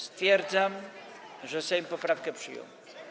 Stwierdzam, że Sejm poprawkę przyjął.